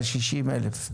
את ה-60,000?